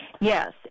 Yes